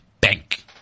bank